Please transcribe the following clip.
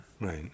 Right